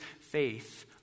faith